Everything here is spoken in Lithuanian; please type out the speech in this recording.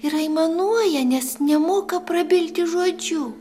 ir aimanuoja nes nemoka prabilti žodžiu